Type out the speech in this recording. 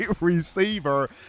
receiver